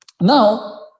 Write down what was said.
now